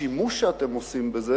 השימוש שאתם עושים בזה